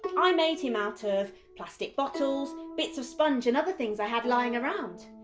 i made him out of plastic bottles, bits of sponge and other things i had lying around.